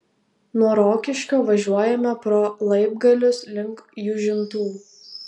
nuo rokiškio važiuojame pro laibgalius link jūžintų